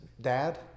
dad